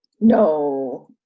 No